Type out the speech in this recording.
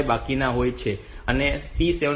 5 બાકી હોય તો આ p 7